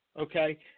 okay